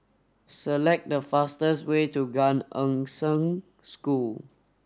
select the fastest way to Gan Eng Seng School